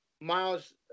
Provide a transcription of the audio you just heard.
Miles